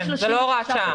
כן, זה לא הוראת שעה.